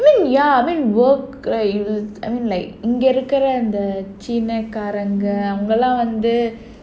I mean ya I mean work right I mean like இங்க இருக்குற இந்த சீனா காரங்க அவங்களாம் வந்து:inga irukura indha seena kaaranga avangalaam vandhu